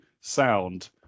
sound